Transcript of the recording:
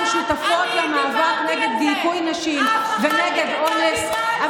אנחנו שותפות למאבק נגד דיכוי נשים ונגד אונס.